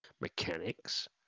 mechanics